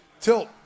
tilt